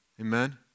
Amen